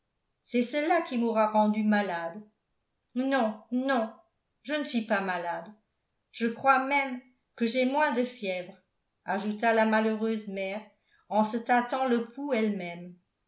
c'est cela qui m'aura rendue malade non non je ne suis pas malade je crois même que j'ai moins de fièvre ajouta la malheureuse mère en se tâtant le pouls elle-même